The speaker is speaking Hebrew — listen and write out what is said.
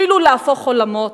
אפילו להפוך עולמות.